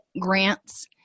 grants